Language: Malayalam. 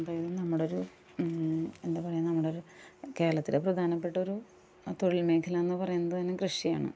എന്തായാലും നമ്മുടൊരു എന്താ പറയുക നമ്മുടൊരു കേരളത്തിലെ പ്രധാനപ്പെട്ടൊരു തൊഴിൽമേഖല എന്ന് പറയുന്നതുതന്നെ കൃഷിയാണ്